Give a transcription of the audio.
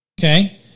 okay